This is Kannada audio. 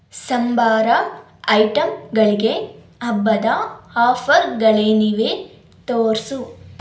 ಸಂಬಾರ ಐಟಂಗಳಿಗೆ ಹಬ್ಬದ ಆಫರ್ಗಳೇನಿವೆ ತೋರಿಸು